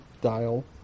dial